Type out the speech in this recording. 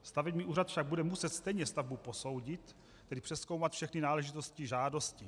Stavební úřad však bude muset stejně stavbu posoudit, tedy přezkoumat všechny náležitosti žádostí.